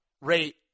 rate